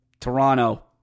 Toronto